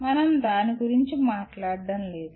మనం దాని గురించి మాట్లాడటం లేదు